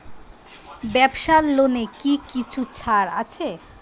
ব্যাবসার লোনে কি কিছু ছাড় আছে?